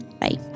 Bye